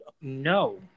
no